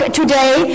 today